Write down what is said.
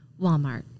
Walmart